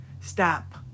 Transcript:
Stop